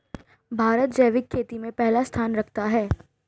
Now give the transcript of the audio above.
भारत जैविक खेती में पहला स्थान रखता है